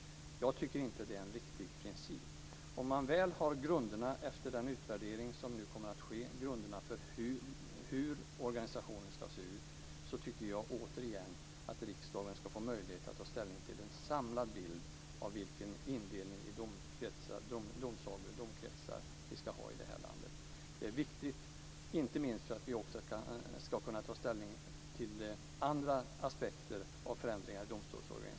Jag tycker inte att det är en riktig princip. Om man efter den utvärdering som nu kommer att ske har grunderna för hur organisationen ska se ut tycker jag, återigen, att riksdagen ska få en möjlighet att ta ställning till en samlad bild av vilken indelning i domsagor och domkretsar vi ska ha i det här landet. Det är viktigt inte minst för att vi också ska kunna ta ställning till andra aspekter av förändringar i domstolsorganisationen.